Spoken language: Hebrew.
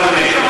אדוני.